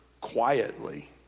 quietly